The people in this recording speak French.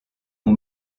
mon